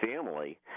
family